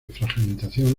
fragmentación